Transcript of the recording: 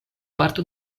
parto